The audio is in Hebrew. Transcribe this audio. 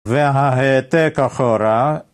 וההעתק אחורה